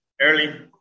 early